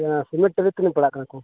cement ᱨᱮ ᱛᱤᱱᱟᱹᱜ ᱯᱟᱲᱟᱜ ᱠᱟᱱᱟ ᱠᱚ